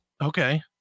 Okay